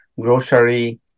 grocery